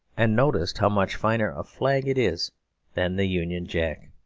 and noticed how much finer a flag it is than the union jack.